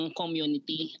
community